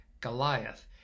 Goliath